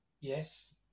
Yes